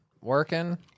working